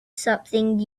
something